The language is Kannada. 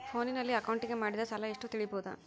ಫೋನಿನಲ್ಲಿ ಅಕೌಂಟಿಗೆ ಮಾಡಿದ ಸಾಲ ಎಷ್ಟು ತಿಳೇಬೋದ?